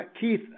Keith